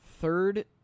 third